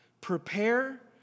prepare